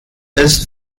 ist